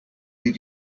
did